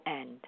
end